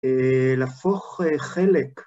‫להפוך חלק.